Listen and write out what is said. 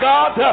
God